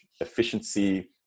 efficiency